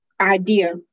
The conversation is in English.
idea